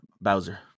Bowser